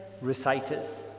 reciters